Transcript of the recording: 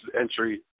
entry